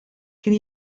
kien